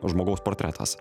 žmogaus portretas